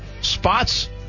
spots